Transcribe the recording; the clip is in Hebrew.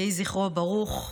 יהי זכרו ברוך.